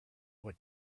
what